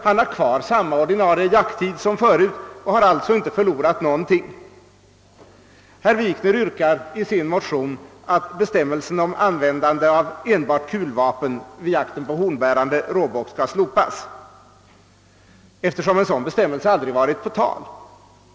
Han har kvar samma ordina rie jakttid som förut och har alltså inte förlorat någonting. Herr Wikner yrkar i sin motion på att bestämmelsen om användande av enbart kulvapen vid jakt på hornbärande råbock skall slopas. En sådan bestämmelse har aldrig varit på tal.